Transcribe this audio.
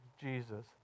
Jesus